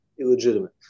illegitimate